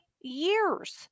years